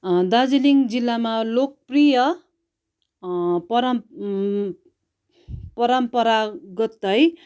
दार्जिलिङ जिल्लामा लोकप्रिय परम परम्परागत है